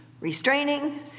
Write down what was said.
restraining